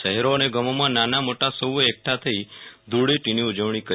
શહેરો અને ગામોમાં નાના મોટા સૌએ એકઠા થઈ ધૂળેટીની ઉજવણી કરી